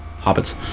hobbits